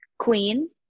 Queen